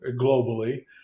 globally